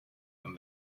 and